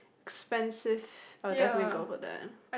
expensive I'll definitely go for that